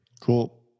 Cool